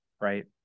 right